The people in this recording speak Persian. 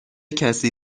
کسی